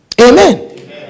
Amen